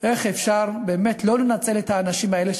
איך אפשר באמת לא לנצל את האנשים האלה,